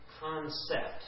concept